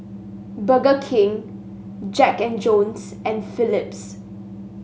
Burger King Jack And Jones and Phillips